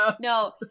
no